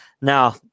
Now